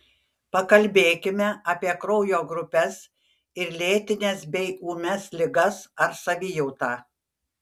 pakalbėkime apie kraujo grupes ir lėtines bei ūmias ligas ar savijautą